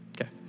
Okay